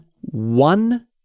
one